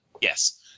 Yes